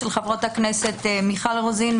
של חברות הכנסת מיכל רוזין,